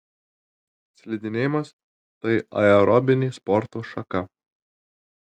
slidinėjimas tai aerobinė sporto šaka